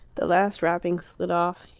the last wrapping slid off.